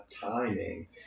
timing